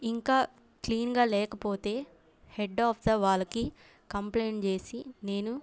ఇంకా క్లీన్గా లేకపోతే హెడ్ ఆఫ్ ద వాళ్ళకి కంప్లైన్ చేసి నేను